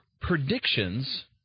predictions